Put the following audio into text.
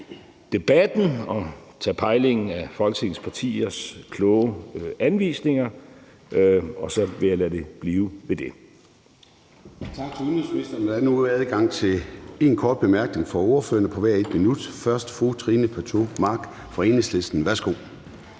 og tage pejling af Folketingets partiers kloge anvisninger. Og så vil jeg lade det blive ved det.